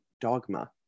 dogma